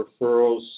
referrals